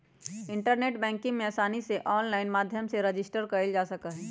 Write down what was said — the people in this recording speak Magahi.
इन्टरनेट बैंकिंग में आसानी से आनलाइन माध्यम से रजिस्टर कइल जा सका हई